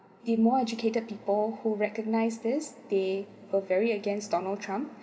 the more educated people who recognise this they were very against donald trump